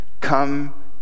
come